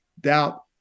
doubt